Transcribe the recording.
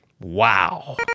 Wow